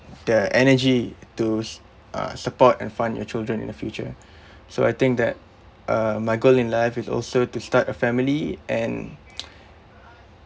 the energy to uh support and fund your children in the future so I think that uh my goal in life is also to start a family and